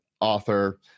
author